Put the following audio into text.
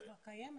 היא כבר קיימת,